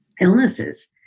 illnesses